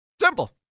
Simple